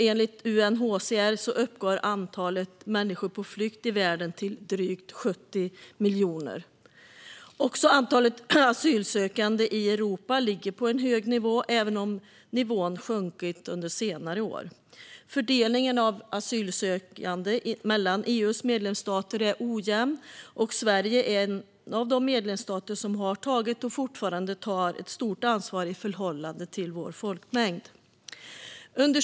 Enligt UNHCR uppgår antalet människor på flykt i världen till drygt 70 miljoner. Också antalet asylsökande i Europa ligger på en hög nivå, även om nivån har sjunkit under senare år. Fördelningen av asylsökande mellan EU:s medlemsstater är ojämn. Sverige är en av de medlemsstater som har tagit, och fortfarande tar, ett stort ansvar i förhållande till sin folkmängd.